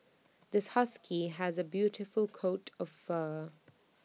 this husky has A beautiful coat of fur